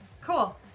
cool